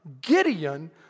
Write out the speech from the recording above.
Gideon